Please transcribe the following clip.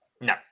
No